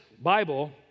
Bible